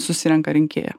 susirenka rinkėją